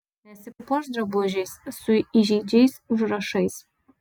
nesipuošk drabužiais su įžeidžiais užrašais